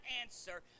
answer